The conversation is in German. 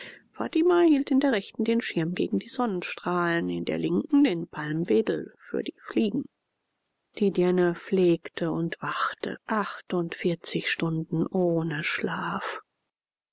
fatima hielt in der rechten den schirm gegen die sonnenstrahlen in der linken den palmwedel für die fliegen die dirne pflegte und wachte achtundvierzig stunden ohne schlaf